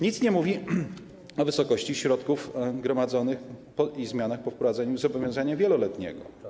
Nic nie mówi się o wysokości środków gromadzonych i zmianach po wprowadzeniu zobowiązania wieloletniego.